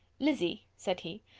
lizzy, said he,